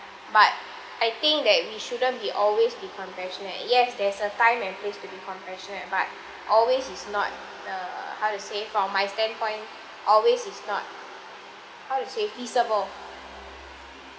but I think that we shouldn't be always be compassionate yes there's a time and place to be compassionate but always is not the how to say from my stand point always is not how to say feasible